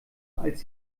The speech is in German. als